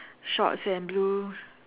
shorts and blue